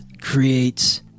creates